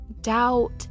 doubt